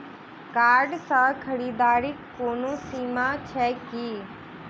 Card सँ खरीददारीक कोनो सीमा छैक की?